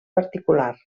particular